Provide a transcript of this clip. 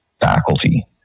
faculty